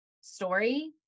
story